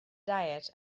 diet